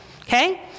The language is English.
okay